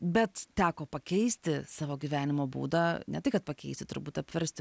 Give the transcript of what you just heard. bet teko pakeisti savo gyvenimo būdą ne tai kad pakeisti turbūt apversti